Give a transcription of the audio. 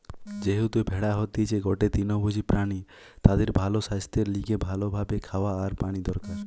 যেহেতু ভেড়া হতিছে গটে তৃণভোজী প্রাণী তাদের ভালো সাস্থের লিগে ভালো ভাবে খাওয়া আর পানি দরকার